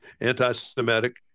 anti-Semitic